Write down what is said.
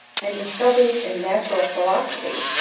and discoveries in natural philosophy,